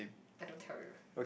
I don't tell you